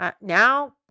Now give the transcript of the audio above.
now